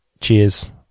cheers